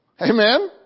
Amen